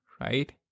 right